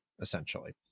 essentially